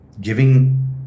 giving